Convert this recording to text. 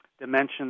dimensions